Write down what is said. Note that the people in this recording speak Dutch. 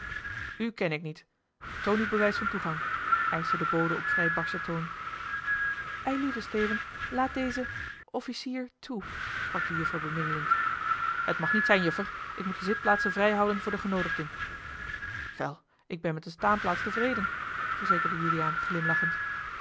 kenne ik niet toon uw bewijs van toegang eischte de bode op vrij barschen toon eilieve steven laat dezen officier toe sprak de juffer bemiddelend het mag niet zijn juffer ik moet de zitplaatsen vrijhouden voor de genoodigden wel ik ben met eene staanplaats tevreden verzekerde juliaan glimlachend